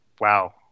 wow